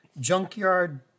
junkyard